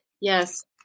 Yes